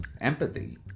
empathy